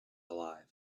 alive